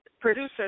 producer